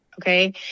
Okay